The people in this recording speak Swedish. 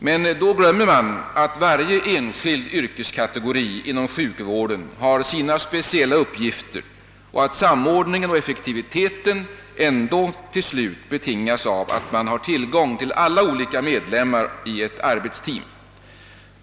Men då glömmer man att varje enskild yrkeskategori inom sjukvården har sina speciella uppgifter och att samordningen och effektiviteten slutligen betingas av att ett arbetsteam har tillgång till samtliga medlemmar.